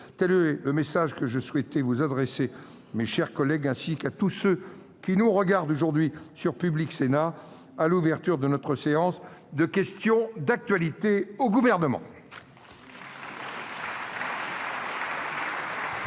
Tel est le message que je souhaitais vous adresser, mes chers collègues, ainsi qu'à tous ceux qui nous regardent sur Public Sénat, à l'ouverture de notre séance de questions d'actualité au Gouvernement.